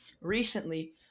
Recently